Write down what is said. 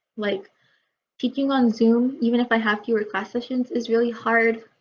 like teaching on zoom, even if i have fewer class sessions is really hard,